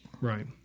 right